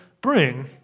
bring